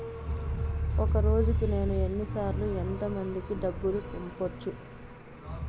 ఒక రోజుకి నేను ఎన్ని సార్లు ఎంత మందికి డబ్బులు పంపొచ్చు?